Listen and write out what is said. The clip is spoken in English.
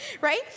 right